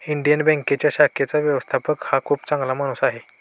Indian बँकेच्या शाखेचा व्यवस्थापक हा खूप चांगला माणूस आहे